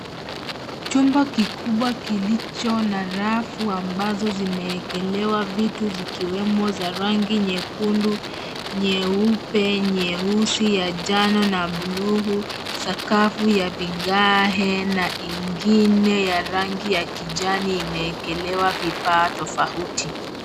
Chumba kikubwa kilicho na rafu ambazo zimeekelewa vitu zikiwemo za rangi nyekundu, nyeupe, nyeusi, ya njano na buluu, sakafu ya vigae na ingine ya rangi ya kijani imeekelewa vifaa tofauti.